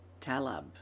Talab